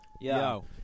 Yo